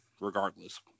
regardless